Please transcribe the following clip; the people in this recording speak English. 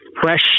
fresh